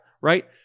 right